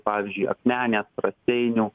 pavyzdžiui akmenės raseinių